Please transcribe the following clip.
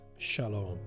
Shalom